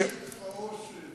כמי שכפאו שד.